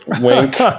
wink